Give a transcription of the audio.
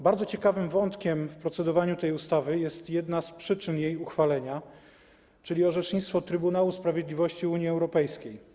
Bardzo ciekawym wątkiem w procedowaniu nad tą ustawą jest jedna z przyczyn jej uchwalenia, czyli orzecznictwo Trybunału Sprawiedliwości Unii Europejskiej.